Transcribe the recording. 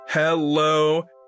Hello